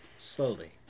Slowly